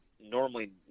normally